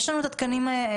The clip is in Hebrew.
יש לנו את התקנים האירופאיים,